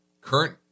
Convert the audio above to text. Current